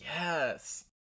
yes